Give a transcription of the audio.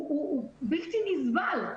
הוא בלתי נסבל.